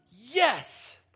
Yes